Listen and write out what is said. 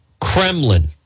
Kremlin